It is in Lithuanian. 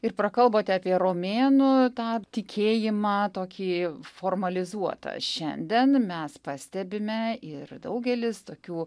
ir prakalbote apie romėnų tą tikėjimą tokį formalizuotą šiandien mes pastebime ir daugelis tokių